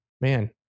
Man